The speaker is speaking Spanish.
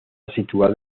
situado